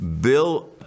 Bill